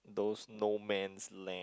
those no man's land